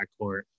backcourt